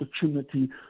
opportunity